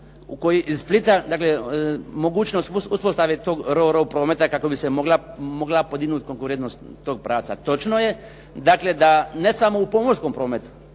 Ploča i Split, mogućnost uspostave tog "Ro-Ro prometa kako bi se mogla podignuti konkurentnost tog pravca. Točno je da ne samo u pomorskom prometu